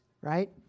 right